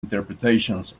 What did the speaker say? interpretations